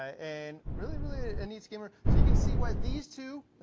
and really, really a neat skimmer. so you can see why these two,